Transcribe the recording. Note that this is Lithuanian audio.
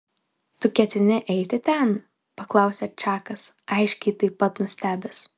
tu ketini eiti ten paklausė čakas aiškiai taip pat nustebęs